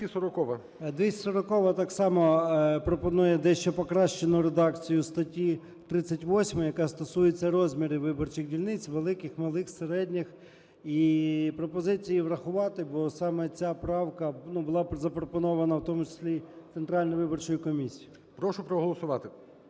240-а, так само пропонує дещо покращену редакцію статті 38, яка стосується розмірів виборчих дільниць: великих, малих, середніх. І пропозиція врахувати, бо саме ця правка була запропонована в тому числі Центральною виборчою комісією. ГОЛОВУЮЧИЙ. Прошу проголосувати.